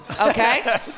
okay